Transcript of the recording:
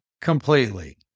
completely